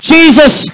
Jesus